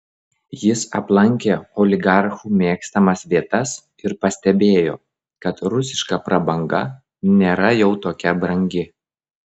jis aplankė oligarchų mėgstamas vietas ir pastebėjo kad rusiška prabanga nėra jau tokia brangi